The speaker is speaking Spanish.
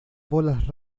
bolas